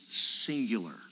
singular